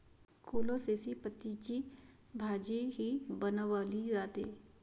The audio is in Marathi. कोलोसेसी पतींची भाजीही बनवली जाते